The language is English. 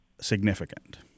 significant